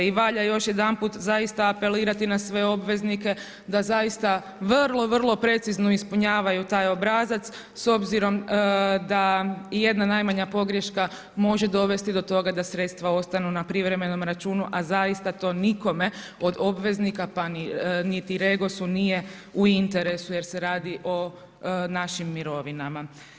I valja još jedanput zaista apelirati na sve obveznike da zaista vrlo, vrlo precizno ispunjavaju taj obrazac, s obzirom da i jedna najmanja pogreška može dovesti do toga da sredstva ostanu na privremenom računu, a zaista to nikome od obveznika niti REGOS-u nije u interesu jer se radi našim mirovinama.